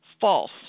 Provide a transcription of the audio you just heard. false